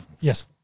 Yes